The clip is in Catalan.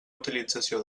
utilització